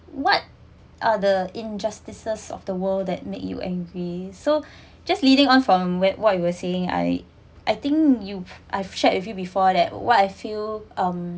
what are the injustices of the world that made you angry so just leading on from where what you were saying I I think you I've shared with you before that what I feel um